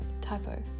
typo